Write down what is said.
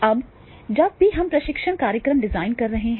अब जब भी हम प्रशिक्षण कार्यक्रम डिजाइन कर रहे हैं